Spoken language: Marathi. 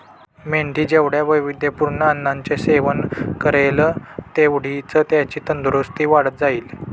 मेंढी जेवढ्या वैविध्यपूर्ण अन्नाचे सेवन करेल, तेवढीच त्याची तंदुरस्ती वाढत जाईल